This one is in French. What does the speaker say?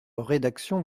rédaction